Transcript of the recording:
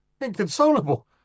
Inconsolable